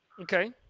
Okay